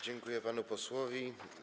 Dziękuję panu posłowi.